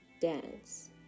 dance